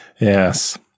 Yes